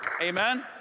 Amen